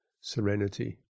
serenity